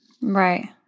Right